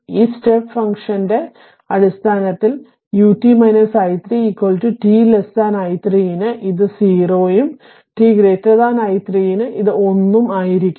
ഈ സ്റ്റെപ്പ് ഫങ്ക്ഷന്റെ അടിസ്ഥാനത്തിൽ ut i3 t i3 ന് ഇത് 0 ഉം t i3 ന് ഇത് 1 ഉം ആയിരിക്കും